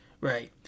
right